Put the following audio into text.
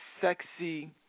sexy